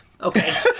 Okay